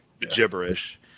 gibberish